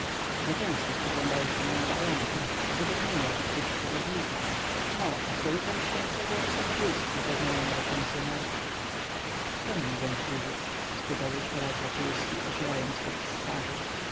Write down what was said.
zaczęsto spoglądałeś pan na barometr ażebym nie miał odkryć przyrodnika no a człowieka myślącego o samobójstwie poznają nawet pensyonarki czem mogę służyć spytał jeszcze raz wokulski ocierając pot z twarzy